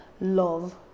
love